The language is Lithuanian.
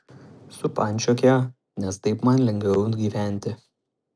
supančiok ją nes taip man lengviau gyventi